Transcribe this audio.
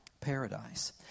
paradise